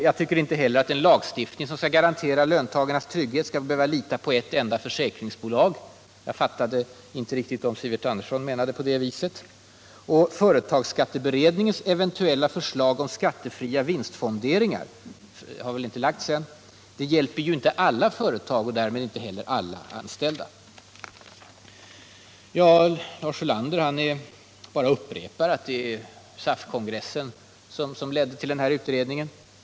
Jag tycker inte heller att en lagstiftning som skall garantera löntagarnas trygghet skall behöva lita på ett enda försäkringsbolag. Jag fattade inte riktigt om Sivert Andersson menade på det viset. Och företagsskatteberedningens eventuella förslag om skattefria vinstfonderingar — det har inte lagts fram ännu — hjälper inte alla företag och därmed inte heller alla anställda. Lars Ulander bara upprepar att det var SAF-kongressen som ledde till den här utredningen.